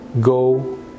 go